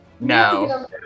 No